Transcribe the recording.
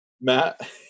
Matt